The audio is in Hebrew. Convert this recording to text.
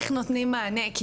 איך נותנים מענה,